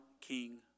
king